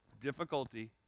difficulty